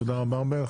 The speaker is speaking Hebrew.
תודה רבה, ארבל.